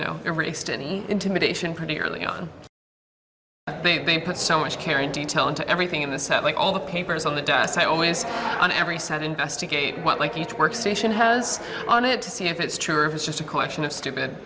know erased an intimidation pretty early on they put so much care and detail into everything in the set like all the papers on the desk i always on every side investigate what like each workstation has on it to see if it's true or if it's just a question of stupid